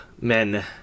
men